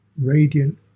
radiant